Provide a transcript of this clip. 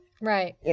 Right